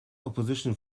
opposition